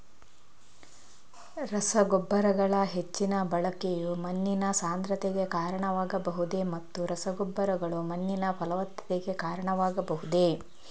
ರಸಗೊಬ್ಬರಗಳ ಹೆಚ್ಚಿನ ಬಳಕೆಯು ಮಣ್ಣಿನ ಸಾಂದ್ರತೆಗೆ ಕಾರಣವಾಗಬಹುದೇ ಮತ್ತು ರಸಗೊಬ್ಬರಗಳು ಮಣ್ಣಿನ ಫಲವತ್ತತೆಗೆ ಕಾರಣವಾಗಬಹುದೇ?